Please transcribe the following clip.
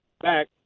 back